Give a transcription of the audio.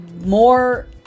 more